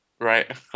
Right